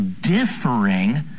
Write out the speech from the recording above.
differing